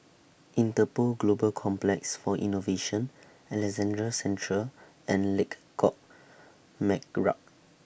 Interpol Global Complex For Innovation Alexandra Central and Lengkok Merak